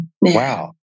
Wow